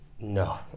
No